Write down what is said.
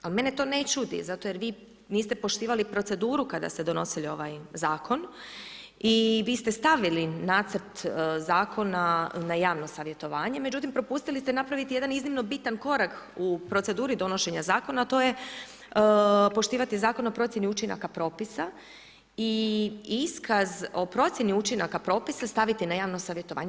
Ali mene to ne čudi jer vi niste poštivali proceduru kada ste donosili ovaj zakon i vi ste stavili nacrt zakona na javno savjetovanje, međutim propustili ste napraviti jedan iznimno bitan korak u proceduri donošenja zakona, a to je poštivati Zakon o procjeni učinaka propisa i iskaz o procjeni učinaka propisa staviti na javno savjetovanje.